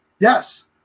Yes